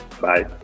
bye